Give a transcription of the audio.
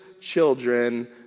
children